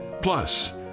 plus